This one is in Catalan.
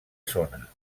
zona